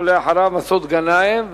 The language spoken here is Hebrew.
מסעוד גנאים.